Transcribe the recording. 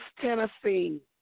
Tennessee